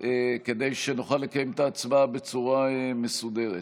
כדי שנוכל לקיים את ההצבעה בצורה מסודרת.